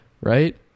right